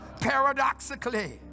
paradoxically